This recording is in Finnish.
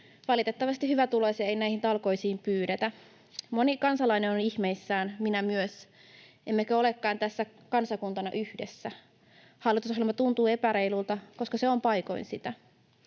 Valitettavasti hyvätuloisia ei näihin talkoisiin pyydetä. Moni kansalainen on ihmeissään, minä myös. Emmekö olekaan tässä kansakuntana yhdessä? Hallitusohjelma tuntuu epäreilulta, koska se on paikoin sitä.